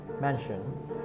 mansion